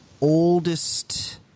oldest